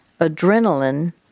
adrenaline